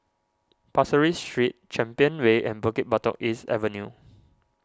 Pasir Ris Street Champion Way and Bukit Batok East Avenue